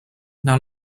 now